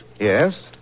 Yes